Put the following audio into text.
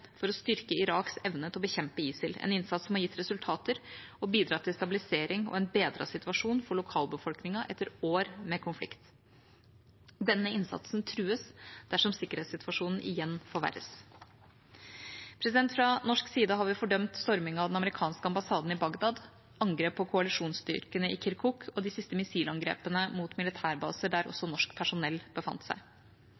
for å styrke Iraks evne til å bekjempe ISIL, en innsats som har gitt resultater og bidratt til stabilisering og en bedret situasjon for lokalbefolkningen etter år med konflikt. Denne innsatsen trues dersom sikkerhetssituasjonen igjen forverres. Fra norsk side har vi fordømt stormingen av den amerikanske ambassaden i Bagdad, angrepet på koalisjonsstyrkene i Kirkuk og de siste missilangrepene mot militærbaser der også